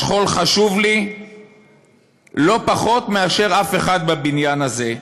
השכול חשוב לי לא פחות מאשר לאף אחד בבניין הזה,